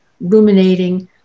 ruminating